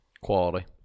quality